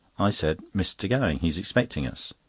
i said mr. gowing, he is expecting us.